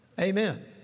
Amen